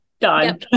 Done